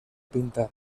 pintar